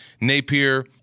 Napier